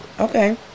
Okay